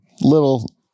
little